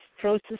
process